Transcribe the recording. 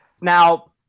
Now